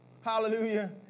Hallelujah